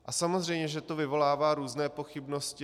A samozřejmě že to vyvolává různé pochybnosti.